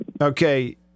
Okay